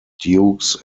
dukes